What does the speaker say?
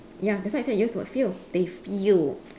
ya that's why I say use the word feel they feel